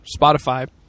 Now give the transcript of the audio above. Spotify